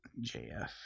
JF